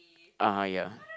ah ya